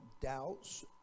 doubts